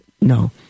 no